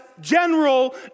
general